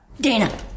Dana